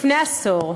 לפני עשור,